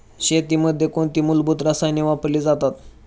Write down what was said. शेतीमध्ये कोणती मूलभूत रसायने वापरली जातात?